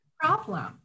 problem